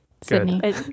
Sydney